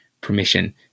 permission